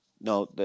no